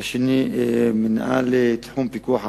והשני, מנהל תחום פיקוח ארצי.